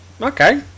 Okay